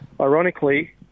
Ironically